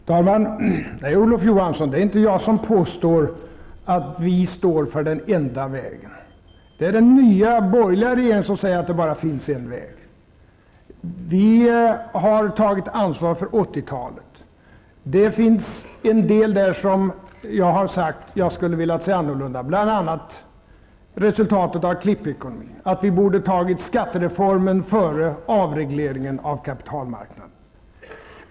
Fru talman! Nej, Olof Johansson, det är inte jag som påstår att vi står för den enda vägen. Det är den nya borgerliga regeringen som säger att det bara finns en väg. Vi har tagit ansvar för 80-talet. Det förekom en del som jag skulle ha velat se annorlunda, bl.a. resultatet av klippekonomin. Vi borde ha tagit skattereformen före avregleringen av kapitalmarknaden.